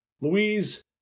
Louise